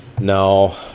No